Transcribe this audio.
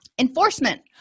Enforcement